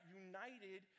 united